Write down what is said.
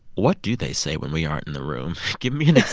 what do they say when we aren't in the room? give me